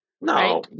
No